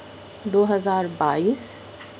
دو ہزار بائیس